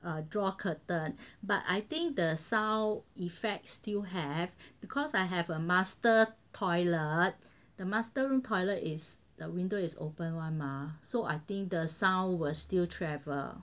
err draw curtain but I think the sound effect still have because I have a master toilet the master room toilet is the window is open [one] mah so I think the sound were still travel